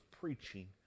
preaching